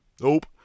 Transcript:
Nope